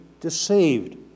deceived